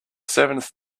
seventh